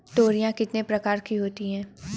तोरियां कितने प्रकार की होती हैं?